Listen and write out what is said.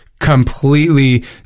completely